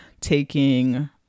taking